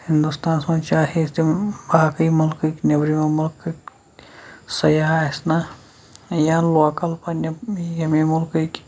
ہِندوستانَس منٛز چاہے تِم باقٕے مٕلکٕکۍ نٮ۪برِمیو مٕلکٕکۍ سیاح آسہِ نہ یا لوکَل پنٛنہِ ییٚمی مٕلکٕکۍ